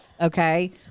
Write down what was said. okay